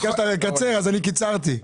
הגעת לקצה, אני קיצרתי.